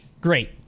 great